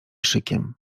szykiem